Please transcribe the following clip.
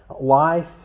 life